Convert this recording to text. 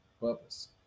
purpose